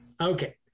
Okay